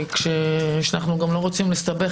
לזכור שאנחנו גם לא רוצים להסתבך.